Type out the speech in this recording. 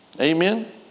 Amen